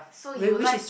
so you like